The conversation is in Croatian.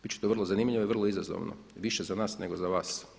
Bit će to vrlo zanimljivo i vrlo izazovno više za nas nego za vas.